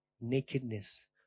nakedness